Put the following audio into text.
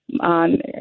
on